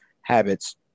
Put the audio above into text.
habits